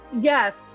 Yes